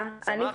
היום.